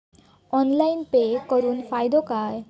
Online pay करुन फायदो काय?